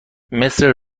مثل